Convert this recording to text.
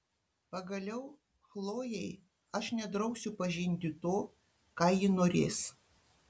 pagaliau chlojei aš nedrausiu pažinti to ką ji norės